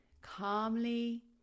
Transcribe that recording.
calmly